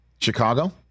Chicago